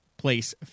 place